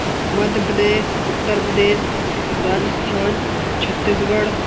Madhya Pradesh Uttar Pradesh Rajasthan Chhattisgarh